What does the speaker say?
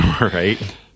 Right